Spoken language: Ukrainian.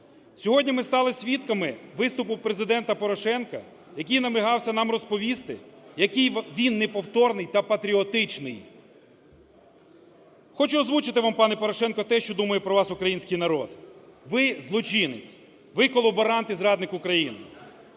Сьогодні ми стали свідками виступу Президента Порошенка, який намагався нам розповісти, який він неповторний та патріотичний. Хочу озвучити вам, пане Порошенко, те, що думає про вас український народ. Ви – злочинець. Ви – колаборант і зрадник України.